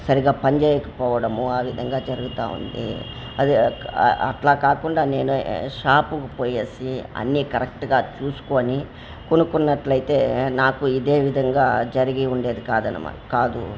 సరిగ్గా పనిచేయకపోవడము ఆ విధంగా జరుగుతూ ఉంది అది అట్లా కాకుండా నేను షాపుకి పోయేసి అన్నీ కరెక్ట్గా చూసుకొని కొనుక్కున్నట్లయితే నాకు ఇదేవిధంగా జరిగి ఉండేది కాదనమా కాదు